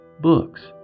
books